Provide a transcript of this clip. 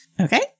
Okay